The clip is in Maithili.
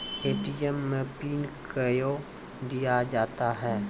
ए.टी.एम मे पिन कयो दिया जाता हैं?